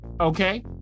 Okay